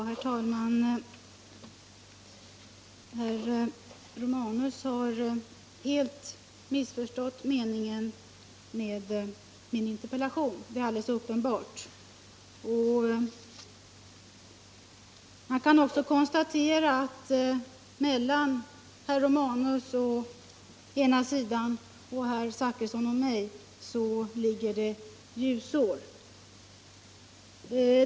Herr talman! Herr Romanus har helt missförstått meningen med min interpellation — det är alldeles uppenbart. Mellan herr Romanus å ena sidan och herr Zachrisson och mig å andra sidan ligger det ljusår.